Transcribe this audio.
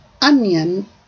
Onion